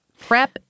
Prep